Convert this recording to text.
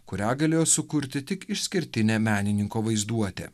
kurią galėjo sukurti tik išskirtinė menininko vaizduotė